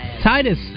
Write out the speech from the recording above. Titus